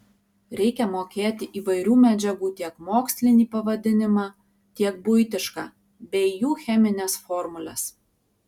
reikia mokėti įvairių medžiagų tiek mokslinį pavadinimą tiek buitišką bei jų chemines formules